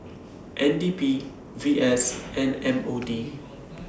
N D P V S and M O D